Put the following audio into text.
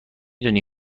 دونی